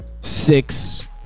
six